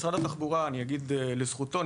לזכותו של משרד התחבורה ייאמר שהוא ניסה